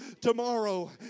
tomorrow